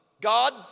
God